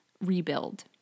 rebuild